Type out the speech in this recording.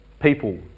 people